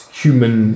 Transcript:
human